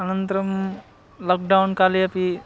अनन्तरं लाक्डौन् काले अपि